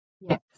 Yes